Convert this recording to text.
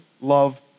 love